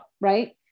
right